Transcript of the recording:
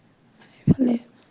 এইফালে